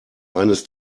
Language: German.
eines